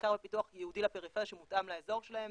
מחקר ופיתוח ייעודי לפריפריה, שמותאם לאזור שלהם.